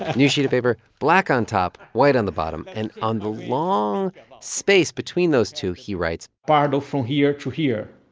and new sheet of paper black on top, white on the bottom. and on the long space between those two, he writes. pardo from here to here.